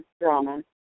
drama